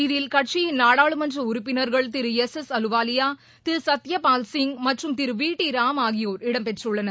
இதில் கட்சியின் நாடாளுமன்ற உறுப்பினர்கள் திரு எஸ் எஸ் அலுவாலியா திரு சத்யாபால்சிங் மற்றும் திரு வி டி ராம் ஆகியோர் இடம்பெற்றுள்ளனர்